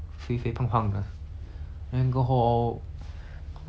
然后来来到来到新加坡